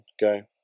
go